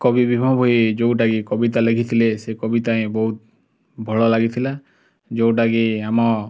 କବି ଭୀମ ଭୋଇ ଯେଉଁଟାକି କବିତା ଲେଖିଥିଲେ ସେ କବିତା ହିଁ ବହୁତ ଭଲ ଲାଗିଥିଲା ଯେଉଁଟାକି ଆମ